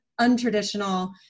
untraditional